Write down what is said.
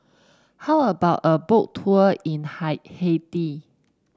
how about a Boat Tour in hi Haiti